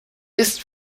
ist